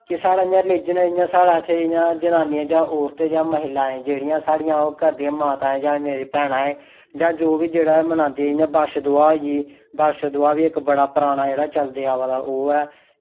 कि साढ़े इयां रिलीजन ऐ साढ़े इत्थें इयां जनानियां जां औरत जां महिलाएं जेह्ड़ियां साढ़ियां ओह् करदियां मातां जां मेरियां भैनां ऐ जां जो बी जेह्ड़ा एह् मनांदे ऐ जियां बच्छ दूआ होई गेई बच्छ दूआ बी इक बड़ा पराना जेह्ड़ा चलदा आवा दा ओह् ऐ